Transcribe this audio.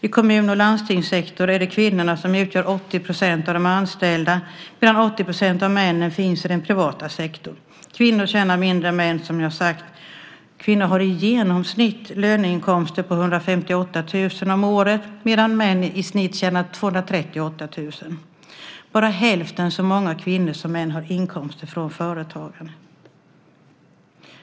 I kommun och landstingssektor är det kvinnorna som utgör 80 % av de anställda medan 80 % av männen finns i den privata sektorn. Kvinnor tjänar mindre än män, som jag sade. Kvinnor har i genomsnitt löneinkomster på 158 000 om året medan männen i snitt tjänar 238 000. Bara hälften så många kvinnor som män har inkomster från företagande.